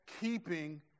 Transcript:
keeping